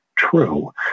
True